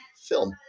film